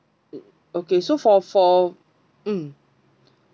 mm okay so for for mm